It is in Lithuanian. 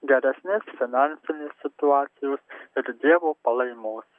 geresnės finansinės situacijos ir dievo palaimos